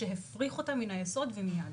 שהפריכו אותה מן היסוד ומייד.